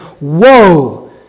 woe